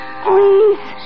please